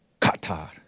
Qatar